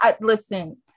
Listen